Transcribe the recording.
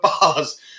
bars